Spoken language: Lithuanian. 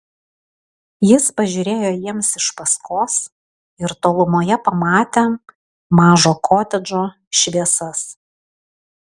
jis pažiūrėjo jiems iš paskos ir tolumoje pamatė mažo kotedžo šviesas